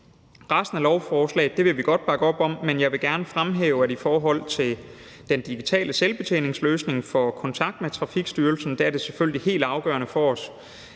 Resten af lovforslaget vil vi godt bakke op om, men jeg vil gerne fremhæve, at det selvfølgelig i forhold til den digitale selvbetjeningsløsning for kontakten med Trafikstyrelsen er helt afgørende for os,